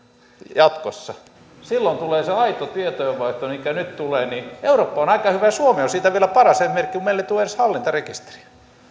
jatkossa kun tulee se aito tietojenvaihto mikä nyt tulee eurooppa on aika hyvä ja suomi on siitä vielä paras esimerkki kun meille ei tule edes hallintarekisteriä